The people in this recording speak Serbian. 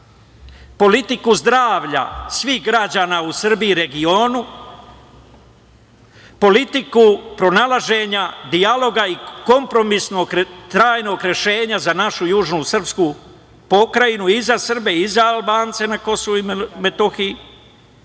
politiku zdravlja svih građana u Srbiji i regionu, politiku pronalaženja dijaloga i kompromisnog i trajnog rešenja za našu južnu srpsku pokrajinu, i za Srbe i za Albance na KiM,